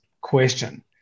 Question